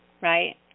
right